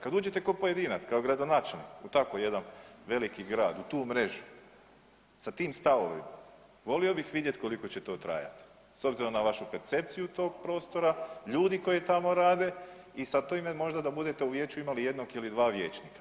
Kada uđete kao pojedinac, kao gradonačelnik u tako jedan veliki grad u tu mrežu sa tim stavovima, volio bih vidjeti koliko će to trajati, s obzirom na vašu percepciju tog prostora, ljudi koji tamo rade i … možda da budete u vijeću imali jednog ili dva vijećnika.